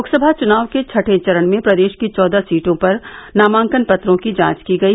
लोकसभा चुनाव के छठें चरण में प्रदेश की चौदह सीटों पर नामांकन पत्रों की जांच की गई